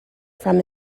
from